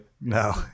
no